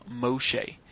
Moshe